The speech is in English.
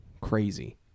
crazy